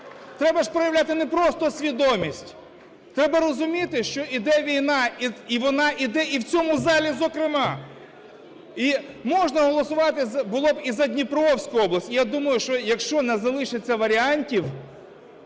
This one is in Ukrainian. Треба ж проявляти не просто свідомість, треба розуміти, що йде війна, і вона йде і в цьому залі зокрема. І можна голосувати було б і за Дніпровську область, я думаю, що якщо не залишиться варіантів,